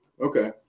okay